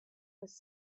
was